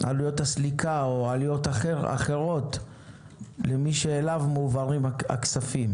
עלויות הסליקה או עלויות אחרות למי שאליו מועברים הכספים?